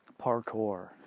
Parkour